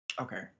Okay